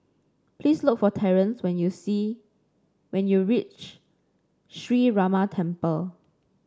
please look for Terrence when you see when you reach Sree Ramar Temple